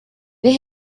they